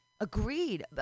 Agreed